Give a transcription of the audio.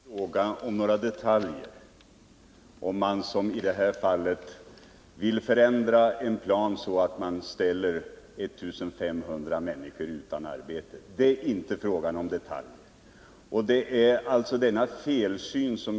Fru talman! Det är sannerligen inte fråga om några detaljer. Om man som i det här fallet vill förändra en plan så att 1 500 människor ställs utan arbete, då är det inte fråga om detaljer.